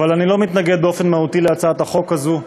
אבל אני לא מתנגד באופן מהותי להצעת החוק הזאת.